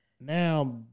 now